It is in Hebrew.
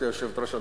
גברתי היושבת-ראש,